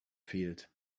fehlt